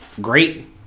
Great